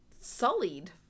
sullied